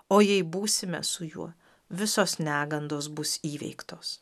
o jei būsime su juo visos negandos bus įveiktos